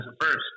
first